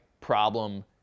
problem